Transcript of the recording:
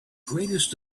greatest